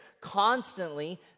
Constantly